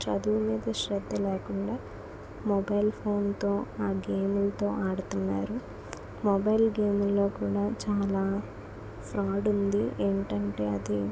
చదువుల మీద శ్రద్ధ లేకుండా మొబైల్ ఫోన్తో ఆ గేమ్తో ఆడుతున్నారు మొబైల్ గేమ్లో కూడా చాలా ఫ్రాడ్ ఉంది ఏంటంటే అది